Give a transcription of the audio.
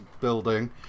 Building